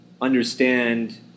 understand